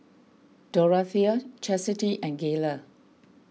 Dorathea Chastity and Gayla